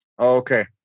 Okay